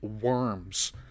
worms